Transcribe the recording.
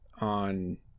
on